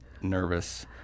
nervous